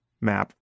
map